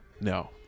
no